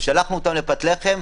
ושלחנו אותם לפת לחם,